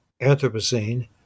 Anthropocene